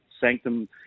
sanctum